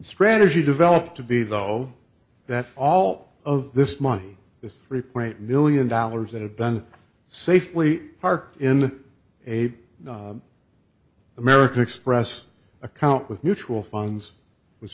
strategy developed to be though that all of this money this three point eight million dollars that have been safely parked in a american express account with mutual funds